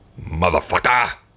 motherfucker